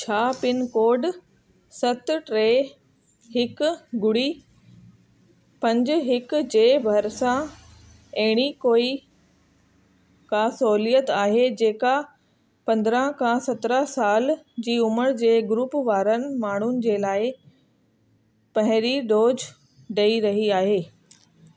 छा पिनकोड सत टे हिकु ॿुड़ी पंज हिकु जे बरिसां अहिड़ी कोई का सहुलियत आहे जेका पंद्रह खां सत्रहं साल जी उमिरि जे ग्रूप वारनि माण्हुनि जे लाइ पहरीं डोज ॾेई रही आहे